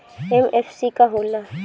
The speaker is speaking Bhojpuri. एम.एफ.सी का हो़ला?